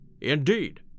Indeed